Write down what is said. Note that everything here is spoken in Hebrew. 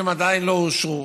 שעדיין לא אושרו.